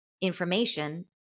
information